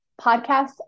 podcasts